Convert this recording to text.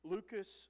Lucas